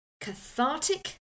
Cathartic